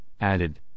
added